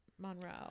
Monroe